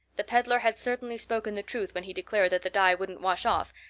the peddler had certainly spoken the truth when he declared that the dye wouldn't wash off,